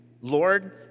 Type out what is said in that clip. Lord